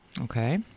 Okay